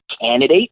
candidate